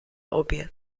oběd